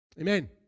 Amen